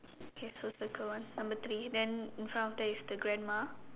okay so circle one number three then in front of that is the grandma